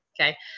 Okay